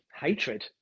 hatred